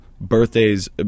birthdays